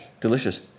Delicious